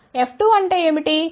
F2అంటే ఏమిటి